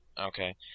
Okay